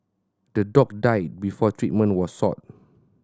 the dog died before treatment was sought